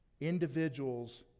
individuals